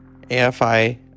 AFI